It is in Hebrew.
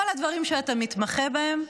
כל הדברים שאתה מתמחה בהם,